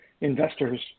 investors